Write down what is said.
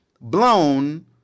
blown